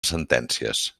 sentències